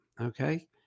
okay